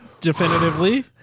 definitively